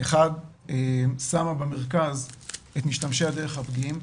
אחד היא שמה במרכז את משתמשי הדרך הפגיעים,